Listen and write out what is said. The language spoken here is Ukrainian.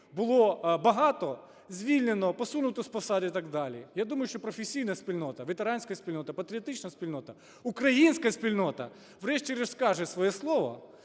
було багато звільнено, посунуто з посади і так далі. Я думаю, що професійна спільнота, ветеранська спільнота, патріотична спільнота, українська спільнота врешті-решт, скаже своє слово,